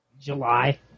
July